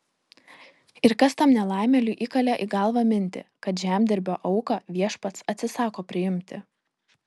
ir kas tam nelaimėliui įkalė į galvą mintį kad žemdirbio auką viešpats atsisako priimti